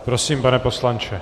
Prosím, pane poslanče.